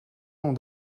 l’ont